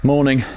Morning